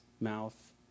mouth